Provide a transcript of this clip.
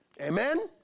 Amen